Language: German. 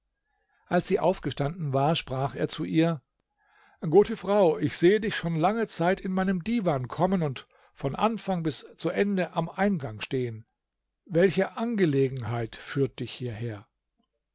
als sie aufgestanden war sprach er zu ihr gute frau ich sehe dich schon lange zeit in meinen divan kommen und von anfang bis zu ende am eingang stehen welche angelegenheit führt dich hierher